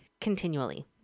continually